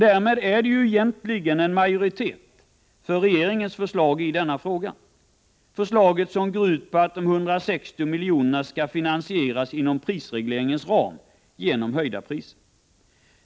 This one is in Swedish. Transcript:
Därmed är det egentligen majoritet för regeringens förslag i denna fråga, ett förslag som går ut på att de 160 miljonerna skall finansieras inom prisregleringens ram genom höjda priser.